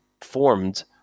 formed